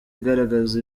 igaragaza